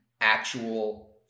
actual